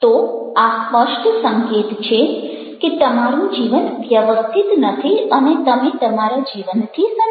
તો આ સ્પષ્ટ સંકેત છે કે તમારું જીવન વ્યવસ્થિત નથી અને તમે તમારા જીવનથી સંતુષ્ટ નથી